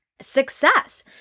success